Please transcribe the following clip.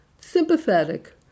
sympathetic